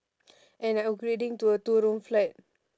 and upgrading to a two room flat